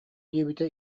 диэбитэ